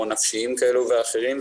או נפשיים כאלו ואחרים,